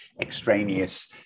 extraneous